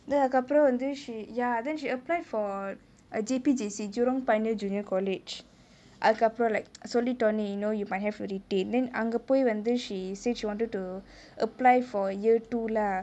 then அதுக்கு அப்ரோ வந்து:athuku apro vanthu she ya then she apply for err J_P_J_C jurong pioneer junior college அதுக்கு அப்ரோ:athuku apro like சொல்லிட்டோனே:sollitone you know you might have to retain then அங்கே போய் வந்து:angae poi vanthu she said she wanted to apply for year two lah